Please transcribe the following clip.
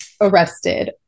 arrested